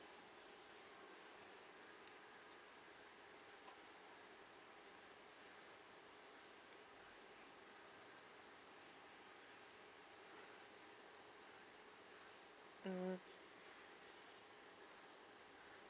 mm